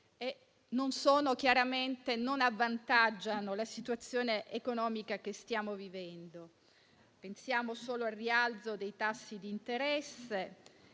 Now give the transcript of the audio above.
russo-ucraino non avvantaggiano la situazione economica che stiamo vivendo. Pensiamo solo al rialzo dei tassi di interesse